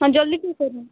ହଁ ଜଲ୍ଦି ଠିକ କରୁନ୍